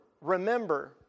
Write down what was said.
remember